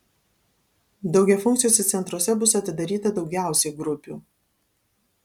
daugiafunkciuose centruose bus atidaryta daugiausiai grupių